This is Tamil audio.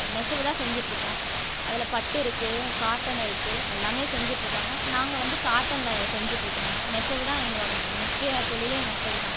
நெசவு தான் செஞ்சிட்டுருக்கோம் அதில் பட்டு இருக்கு காட்டன் இருக்குது எல்லாம் செஞ்சிட்டு இருக்காங்க நாங்கள் வந்து காட்டனில் செஞ்சிட்டுருக்கோன்னா நெசவு தான் எங்களோடய முக்கிய தொழில் நெசவு தான்